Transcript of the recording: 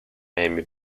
amy